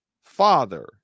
father